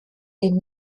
den